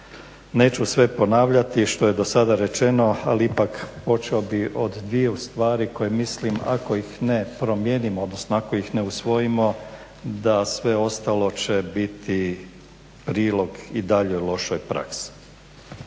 Neću sve ponavljati što je dosada rečeno ali ipak počeo bih od dviju stvari koje mislim ako ih ne promijenimo, odnosno ako ih ne usvojimo da sve ostalo će biti prilog i dalje lošoj praksi.